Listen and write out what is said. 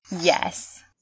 Yes